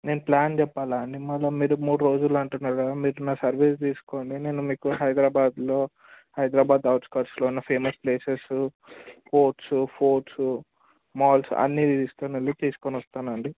నేను ప్లాన్ చెప్పాల అండి మరల మీరు మూడు రోజులు అంటున్నారు కదా మీరు నా సర్వీస్ తీసుకోండి నేను మీకు హైదరాబాద్లో హైదరాబాద్ ఔట్స్కర్ట్స్లో ఉన్న famous places ports forts malls అన్ని తీసుకొని వెళ్ళి తీసుకొని వస్తాను అండి